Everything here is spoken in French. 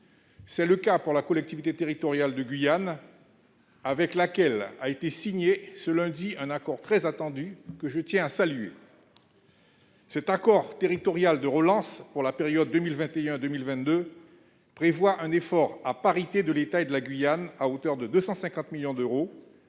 C'est le cas pour la collectivité territoriale de Guyane, avec laquelle a été signé ce lundi un accord très attendu, que je tiens à saluer. Cet accord territorial de relance pour la période 2021-2022 prévoit un effort à parité de l'État et de la Guyane, à hauteur de 250 millions d'euros,